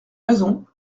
raisons